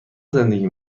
زندگی